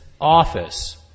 office